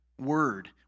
word